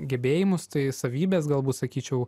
gebėjimus tai savybes galbūt sakyčiau